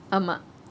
ஆமா:aama